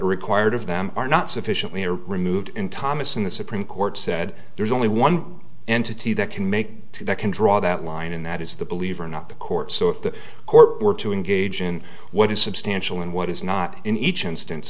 required of them are not sufficiently or removed in thomas and the supreme court said there's only one entity that can make that can draw that line and that is the believe or not the court so if the court were to engage in what is substantial and what is not in each instance